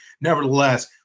nevertheless